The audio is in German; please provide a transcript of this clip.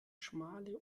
schmale